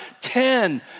Ten